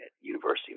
University